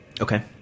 Okay